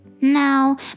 No